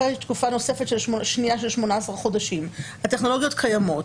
אחרי תקופה נוספת שנייה של 18 חודשים הטכנולוגיות קיימות,